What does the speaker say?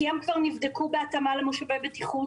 כי הן כבר נבדקו בהתאמה למושבי בטיחות,